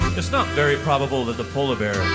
it's not very probable that the polar bear